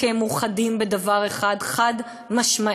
כי הם מאוחדים בדבר אחד חד-משמעי: